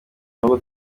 n’ubwo